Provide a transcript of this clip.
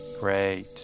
great